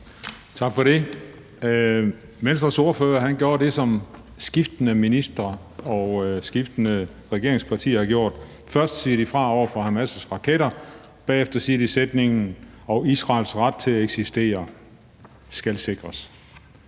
Tak for det. Venstres ordfører gjorde det, som skiftende ministre og skiftende regeringspartier har gjort: Først siger de fra over for Hamas' raketter, bagefter siger de sætningen: Israels ret til at eksistere skal sikres;